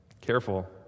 Careful